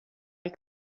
mike